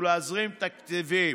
ולהזרים תקציבים.